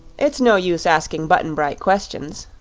it's no use asking button-bright questions,